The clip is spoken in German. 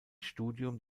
studium